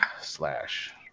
slash